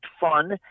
fun